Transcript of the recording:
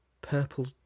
purple